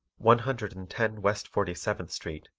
one hundred and ten west forty seventh street,